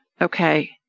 Okay